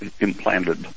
implanted